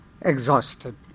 exhausted